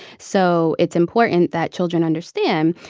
so it's important that children understand,